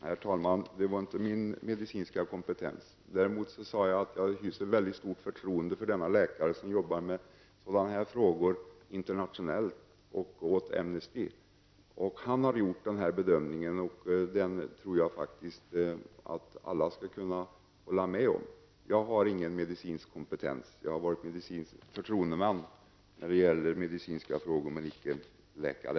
Herr talman! Det var inte min medicinska kompetens. Däremot sade jag att jag hyser mycket stort förtroende för denna läkare som arbetar med dessa frågor internationellt och åt Amnesty. Han har gjort den här bedömningen och den tror jag faktiskt att alla skall kunna hålla med om. Jag har ingen medicinsk kompetens. Jag har varit medicinsk förtroendeman när det gäller medicinska frågor men är icke läkare.